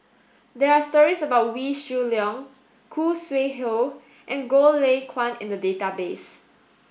there are stories about Wee Shoo Leong Khoo Sui Hoe and Goh Lay Kuan in the database